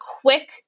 quick